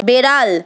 বেড়াল